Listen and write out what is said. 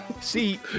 See